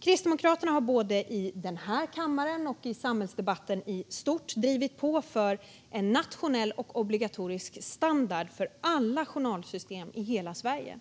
Kristdemokraterna har både i den här kammaren och i samhällsdebatten i stort drivit på för en nationell och obligatorisk standard för alla journalsystem i hela Sverige.